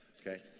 okay